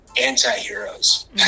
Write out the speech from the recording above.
anti-heroes